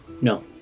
No